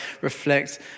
reflect